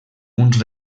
uns